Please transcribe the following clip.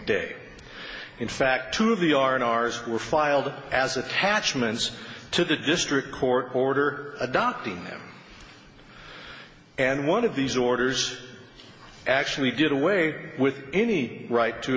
filed as attachments to the district court order adopting and one of these orders actually did away with any right to